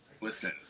Listen